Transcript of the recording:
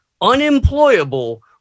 unemployable